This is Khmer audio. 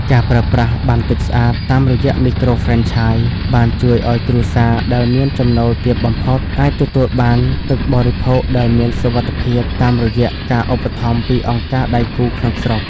ការប្រើប្រាស់ "ប័ណ្ណទឹកស្អាត" តាមរយៈមីក្រូហ្វ្រេនឆាយ បានជួយឱ្យគ្រួសារដែលមានចំណូលទាបបំផុត អាចទទួលបានទឹកបរិភោគដែលមានសុវត្ថិភាព តាមរយៈការឧបត្ថម្ភពីអង្គការដៃគូក្នុងស្រុក។